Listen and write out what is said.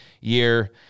year